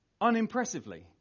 unimpressively